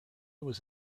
was